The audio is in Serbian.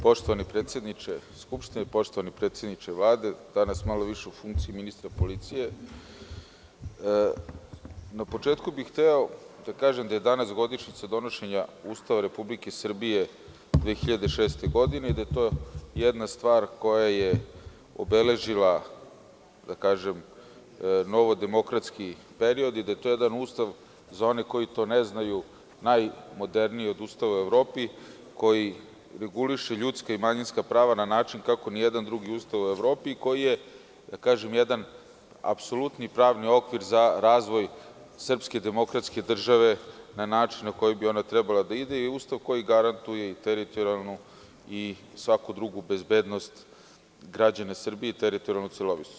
Poštovani predsedniče Skupštine, poštovani predsedniče Vlade, danas malo više u funkciji ministra policije, na početku bih hteo da kažem da je danas godišnjica donošenja Ustava Republike Srbije 2006. godine i da je to jedna stvar koja je obeležila novodemokratski period i da je to jedan Ustav, za one koji to ne znaju, najmoderniji od ustava u Evropi, koji reguliše ljudska i manjinska prava na način kako ni jedan drugi ustav u Evropi, koji je jedan apsolutni pravni okvir za razvoj srpske demokratske države na način na koji bi trebalo da ide i Ustav koji garantuje teritorijalnu i svaku drugu bezbednost građana Srbije i teritorijalnu celovitost.